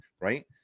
right